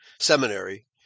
seminary